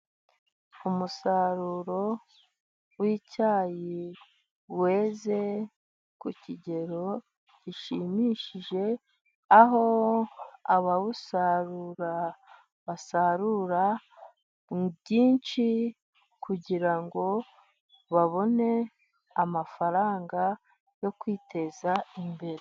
Umusaruro w'icyayi weze ku kigero gishimishije, aho abawusarura basarura byinshi kugira ngo babone, amafaranga yo kwiteza imbere.